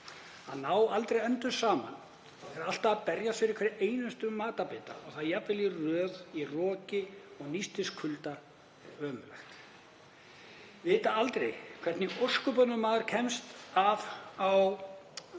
Að ná aldrei endum saman, að vera að alltaf að berjast fyrir hverjum einasta matarbita og það jafnvel í röð, í roki og nístingskulda. Ömurlegt. Að vita aldrei hvernig í ósköpunum maður kemst af